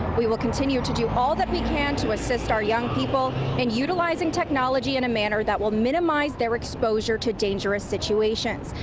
we will continue to do all that we can to assist our young people and utilizing technology in a manner that will minimize their exposure to dangerous situations.